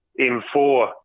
M4